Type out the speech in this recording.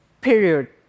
period